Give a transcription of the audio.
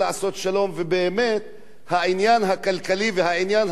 ובאמת העניין הכלכלי והעניין החברתי,